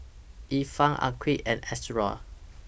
Irfan Aqil and Ashraff